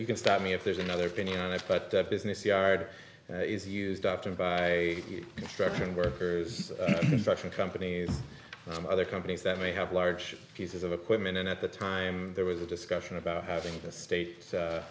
you can stop me if there's another opinion on it but business yard is used often by structuring workers russian companies and other companies that may have large pieces of equipment and at the time there was a discussion about having the state u